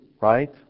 Right